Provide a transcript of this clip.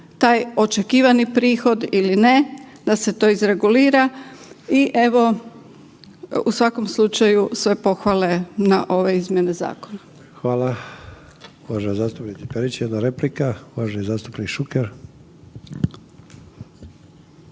taj očekivani prihod ili ne, da se to izregulira i evo u svakom slučaju sve pohvale na ove izmjene zakona. **Sanader, Ante (HDZ)** Hvala. Uvažena zastupnice Perić jedna replika, uvaženi zastupnik Šuker.